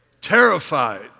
Terrified